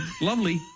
lovely